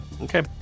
Okay